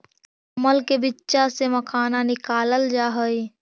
कमल के बीच्चा से मखाना निकालल जा हई